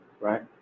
right